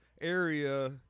area